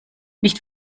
nicht